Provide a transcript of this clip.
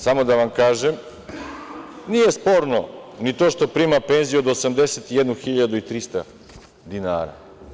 Samo da vam kažem, nije sporno ni to što prima penziju od 81.300 dinara.